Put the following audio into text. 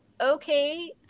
okay